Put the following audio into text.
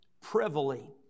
privily